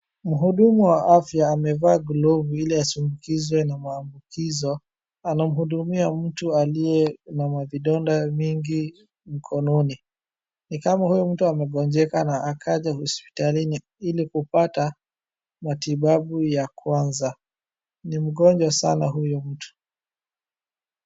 Mhudumu wa afya amevaa glovu ili asiambukizwe na maambukizo. Anamhudumia mtu aliye na mavidonda mingi mkononi. Ni kama huyo mtu amegonjeka na akaja hospitalini ili kupata matibabu ya kwanza. Ni mgonjwa sana huyo mtu.